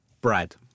Brad